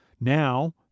Now